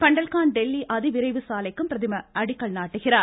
பண்டல்கான்ட் டெல்லி அதிவிரைவு சாலைக்கும் பிரதமர் அடிக்கல் நாட்டுகிறார்